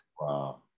wow